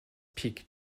peak